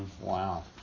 Wow